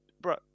Bro